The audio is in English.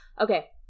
Okay